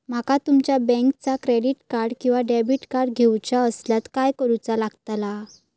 माका तुमच्या बँकेचा क्रेडिट कार्ड किंवा डेबिट कार्ड घेऊचा असल्यास काय करूचा लागताला?